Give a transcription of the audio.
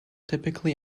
typically